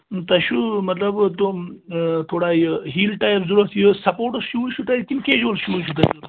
تۄہہِ چھُو مطلبہٕ تِم تھوڑا یہِ ہیٖل ٹایپ ضوٚرَتھ یُس سپوٹٕس شوٗز چھُو توہہِ کِنہٕ کیجوَل شوٗز چھُو تۄہہِ ضوٚرتھ